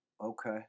Okay